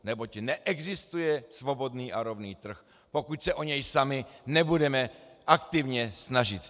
Neboť neexistuje svobodný a rovný trh, pokud se o něj sami nebudeme aktivně snažit.